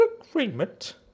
agreement